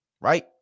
right